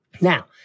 Now